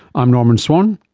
i'm norman swan,